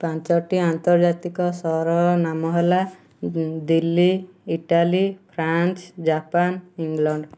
ପାଞ୍ଚଟି ଆନ୍ତର୍ଜାତିକ ସହରର ନାମ ହେଲା Delhi Italy France Japan England